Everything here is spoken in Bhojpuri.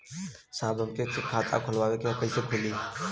साहब हमके एक खाता खोलवावे के ह कईसे खुली?